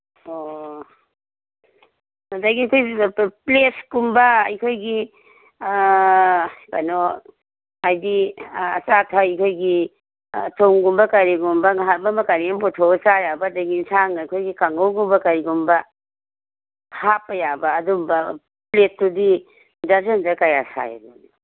ꯑꯣ ꯑꯗꯩꯒꯤ ꯄ꯭ꯂꯦꯠꯀꯨꯝꯕ ꯑꯩꯈꯣꯏꯒꯤ ꯀꯩꯅꯣ ꯍꯥꯏꯗꯤ ꯑꯆꯥ ꯑꯊꯛ ꯑꯩꯈꯣꯏꯒꯤ ꯆꯧꯒꯨꯝꯕ ꯀꯔꯤꯒꯨꯝꯕ ꯉꯩꯍꯥꯛ ꯑꯃ ꯀꯔꯤ ꯑꯃ ꯄꯨꯊꯣꯛꯑꯒ ꯆꯥ ꯌꯥꯕ ꯑꯗꯒꯤ ꯌꯦꯟꯁꯥꯡ ꯑꯩꯈꯣꯏꯒꯤ ꯀꯥꯡꯍꯉꯧꯒꯨꯝꯕ ꯀꯩꯒꯨꯝꯕ ꯍꯥꯞꯄ ꯌꯥꯕ ꯑꯗꯨꯝꯕ ꯄ꯭ꯂꯦꯠꯇꯨꯗꯤ ꯗ꯭ꯔꯖꯟꯗ ꯀꯌꯥ ꯁꯥꯏ ꯑꯗꯨꯗꯤ